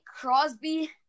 Crosby